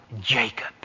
Jacob